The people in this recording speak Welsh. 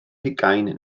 hugain